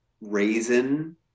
raisin